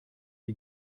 die